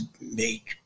make